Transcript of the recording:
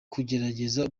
kugerageza